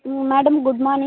madam good morning